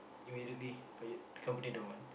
immediately fired company don't want